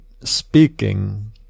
speaking